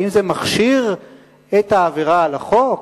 האם זה מכשיר את העבירה על החוק?